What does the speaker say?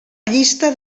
llista